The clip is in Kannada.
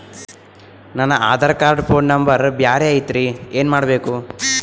ನನ ಆಧಾರ ಕಾರ್ಡ್ ಫೋನ ನಂಬರ್ ಬ್ಯಾರೆ ಐತ್ರಿ ಏನ ಮಾಡಬೇಕು?